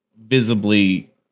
visibly